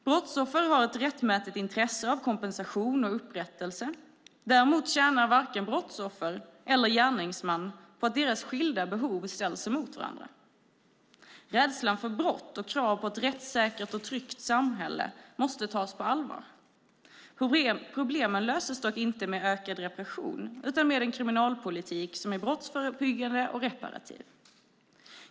Brottsoffer har ett rättmätigt intresse av kompensation och upprättelse. Däremot tjänar varken brottsoffer eller gärningsmän på att deras skilda behov ställs emot varandra. Rädslan för brott och krav på ett rättssäkert och tryggt samhälle måste tas på allvar. Problemen löses dock inte med ökad repression utan med en kriminalpolitik som är brottsförebyggande och reparativ.